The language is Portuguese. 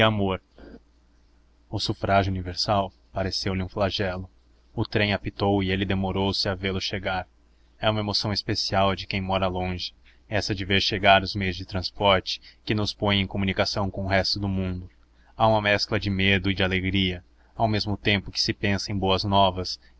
amor o sufrágio universal pareceu-lhe um flagelo o trem apitou e ele demorou-se a vê-lo chegar é uma emoção especial de quem mora longe essa de ver chegar os meios de transporte que nos põem em comunicações com o resto do mundo há uma mescla de medo e de alegria ao mesmo tempo que se pensa em boas novas